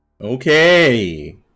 Okay